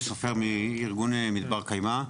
מארגון מדבר קיימא,